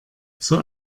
zur